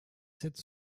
sept